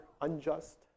unjust